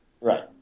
Right